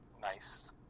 nice